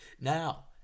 Now